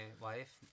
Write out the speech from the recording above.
wife